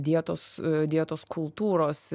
dietos dietos kultūros